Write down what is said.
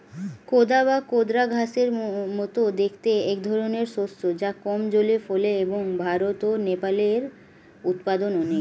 কোদা বা কোদরা ঘাসের মতো দেখতে একধরনের শস্য যা কম জলে ফলে এবং ভারত ও নেপালে এর উৎপাদন অনেক